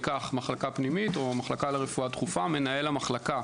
במחלקה פנימית או במחלקה לרפואה דחופה מנהל המחלקה